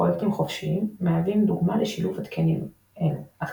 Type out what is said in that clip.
פרויקטים חופשיים מהווים דוגמה לשילוב התקנים הללו,